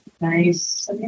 Nice